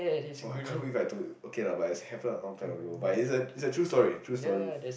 !wah! I can't believe I told you but its happen a long time ago but it's a true story true story